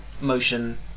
motion